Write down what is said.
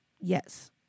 Yes